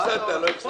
לא הפסדת, לא הפסדת.